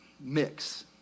mix